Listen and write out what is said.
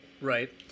Right